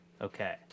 Okay